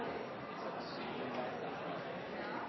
satt